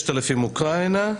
6,000 אוקראינה.